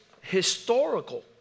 historical